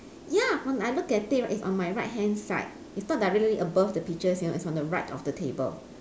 ya when I look at it right it's on my right hand side it's not directly above the peaches you know it's on the right of the table